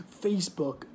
facebook